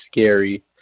scary